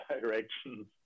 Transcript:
directions